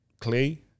clay